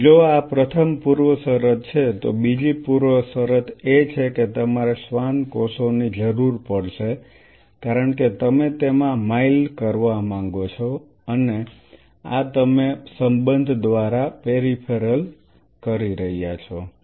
તેથી જો આ પ્રથમ પૂર્વશરત છે તો બીજી પૂર્વશરત એ છે કે તમારે શ્વાન કોષોની જરૂર પડશે કારણ કે તમે તેમાં માઇલ કરવા માંગો છો અને આ તમે સંબંધ દ્વારા પેરિફેરલ કરી રહ્યા છો